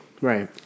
right